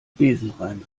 besenrein